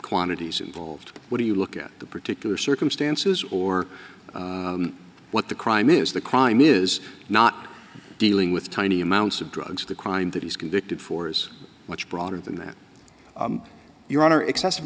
quantities involved what do you look at the particular circumstances or what the crime is the crime is not dealing with tiny amounts of drugs the crime that he's convicted for is much broader than that your honor excessive